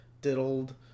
diddled